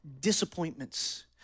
disappointments